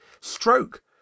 stroke